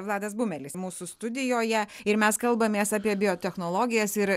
vladas bumelis mūsų studijoje ir mes kalbamės apie biotechnologijas ir